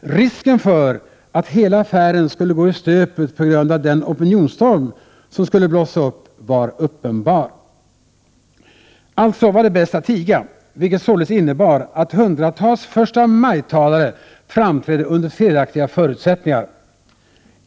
Risken för att hela affären skulle gå i stöpet på grund av den opinionsstorm, som skulle blossa upp, var uppenbar. Alltså var det bäst att tiga, vilket således innebar att hundratals förstamajtalare framträdde under felaktiga förutsättningar.